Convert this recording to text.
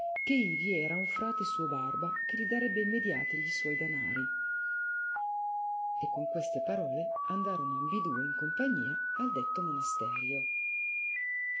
che ivi era un frate suo barba gli darebbe immediate gli suoi denari e con queste parole andarono ambiduo in compagnia al detto monasterio